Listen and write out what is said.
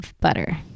butter